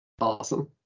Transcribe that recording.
Awesome